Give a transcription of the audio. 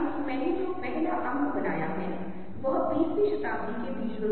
लेकिन यहाँ कुछ समय के लिए हम रंगों के कुछ बुनियादी पहलुओं पर जल्दी से ध्यान दें